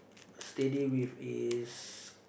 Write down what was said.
steady with his